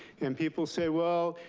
and people say, well,